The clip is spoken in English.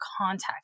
context